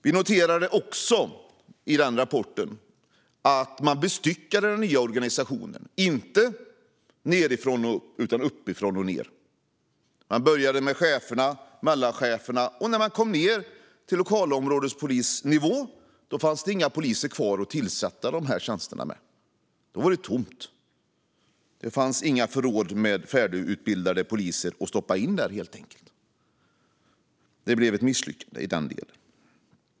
Vi noterade också i rapporten att organisationen var uppstyckad, inte nedifrån och upp utan uppifrån och ned. Man började med cheferna och mellancheferna, och när man kom ned till lokalområdespolisnivå fanns det inga poliser kvar att tillsätta tjänsterna med. Då var det tomt. Det fanns inga förråd med färdigutbildade poliser att stoppa in där, helt enkelt. Det blev ett misslyckande i den delen.